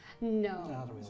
no